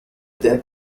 deck